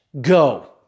go